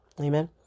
Amen